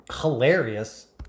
hilarious